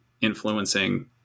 influencing